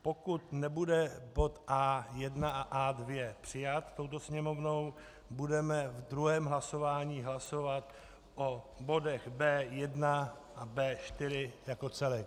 Pokud nebude bod A1 a A2 přijat touto Sněmovnou, budeme v druhém hlasování hlasovat o bodech B1 a B4 jako celek.